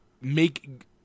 make